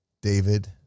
David